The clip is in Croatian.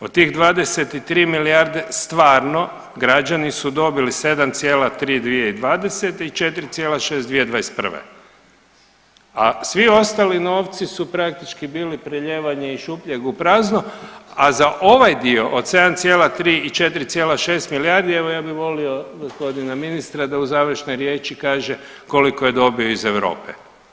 Od tih 23 milijarde stvarno građani su dobili 7,3 2020. i 4,6 2021., a svi ostali novci su praktički bili prelijevanje iz šupljeg u prazno, a za ovaj dio od 7,3 i 4,6 milijardi evo ja bi volio gospodina ministra da u završnoj riječi kaže koliko je dobio iz Europe.